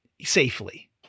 safely